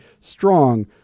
strong